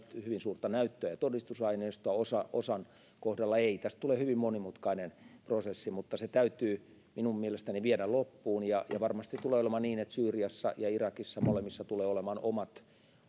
hyvin suurta näyttöä ja todistusaineistoa osan kohdalla ei tästä tulee hyvin monimutkainen prosessi mutta se täytyy minun mielestäni viedä loppuun varmasti tulee olemaan niin että syyriassa ja irakissa tulee molemmissa olemaan omat